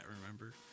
remember